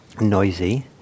Noisy